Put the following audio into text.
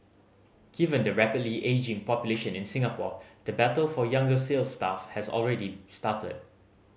given the rapidly ageing population in Singapore the battle for younger sales staff has already started